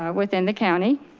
ah within the county.